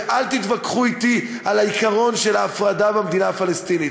ואל תתווכחו אתי על העיקרון של ההפרדה במדינה הפלסטינית.